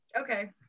okay